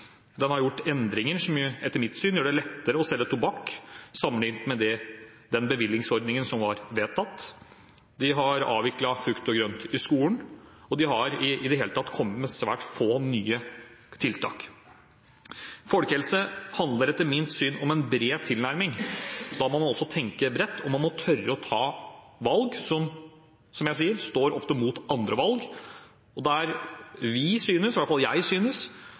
den har gjort endringer som etter mitt syn gjør det lettere å selge tobakk sammenlignet med den bevillingsordningen som var vedtatt, og de har avviklet frukt og grønt i skolen. Og de har i det hele tatt kommet med svært få nye tiltak. Folkehelse handler etter mitt syn om en bred tilnærming. Da må man også tenke bredt, og man må tørre å ta valg som – som jeg sier – ofte står opp mot andre valg, og der vi synes, i hvert fall jeg synes,